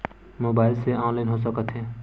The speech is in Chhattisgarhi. मोबाइल से ऑनलाइन हो सकत हे?